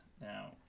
now